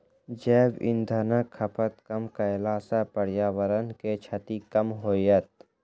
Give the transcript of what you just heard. जैव इंधनक खपत कम कयला सॅ पर्यावरण के क्षति कम होयत